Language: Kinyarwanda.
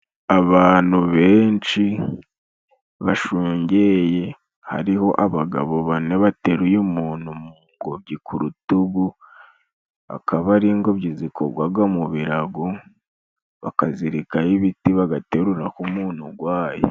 Abantu benshi bashungeye hariho abagabo bane bateruye umuntu mu ngobyi, ku rutugu akaba ari ingobyi zikogwaga mu birago, bakazirikaho ibiti bagaterura ku umuntu ugwaye.